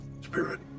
spirit